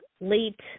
late